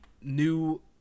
new